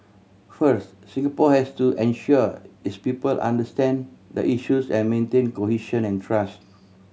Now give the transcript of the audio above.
first Singapore has to ensure its people understand the issues and maintain cohesion and trust